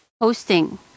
hosting